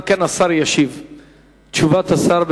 אם כן, תשובת השר.